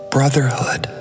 Brotherhood